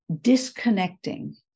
disconnecting